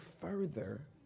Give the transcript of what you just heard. further